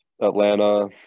Atlanta